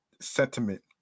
sentiment